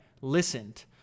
listened